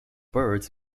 birds